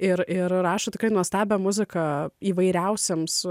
ir ir rašo tikrai nuostabią muziką įvairiausiems